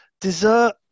Dessert